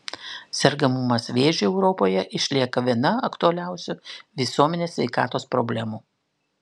sergamumas vėžiu europoje išlieka viena aktualiausių visuomenės sveikatos problemų